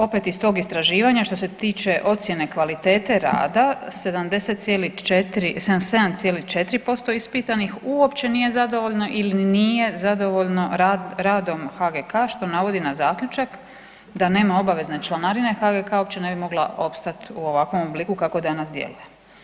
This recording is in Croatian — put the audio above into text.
Opet iz tog istraživanja što se tiče ocjene kvalitete rada 70,4, 77,4% ispitanih uopće nije zadovoljno ili nije zadovoljno radom HGK, što navodi na zaključak da nema obavezne članarine HGK uopće ne bi mogla opstat u ovakvom obliku kako danas djeluje.